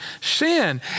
sin